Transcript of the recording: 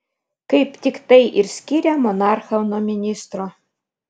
kaip tik tai ir skiria monarchą nuo ministro